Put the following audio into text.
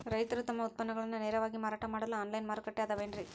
ರೈತರು ತಮ್ಮ ಉತ್ಪನ್ನಗಳನ್ನ ನೇರವಾಗಿ ಮಾರಾಟ ಮಾಡಲು ಆನ್ಲೈನ್ ಮಾರುಕಟ್ಟೆ ಅದವೇನ್ರಿ?